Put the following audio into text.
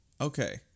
okay